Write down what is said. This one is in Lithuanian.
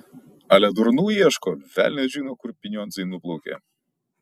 ale durnų ieško velnias žino kur pinionzai nuplaukė